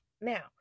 now